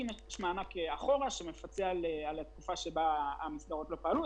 יש מענק שמפצה על התקופה שהמסגרות לא פעלו,